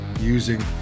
using